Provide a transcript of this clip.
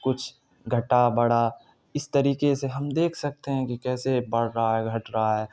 کچھ گھٹا بڑا اس طریقے سے ہم دیکھ سکتے ہیں کہ کیسے بڑھ رہا ہے گھٹ رہا ہے